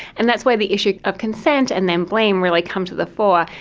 and that's where the issue of consent and then blame really come to the fore.